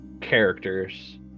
characters-